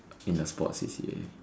in a sports C_C_A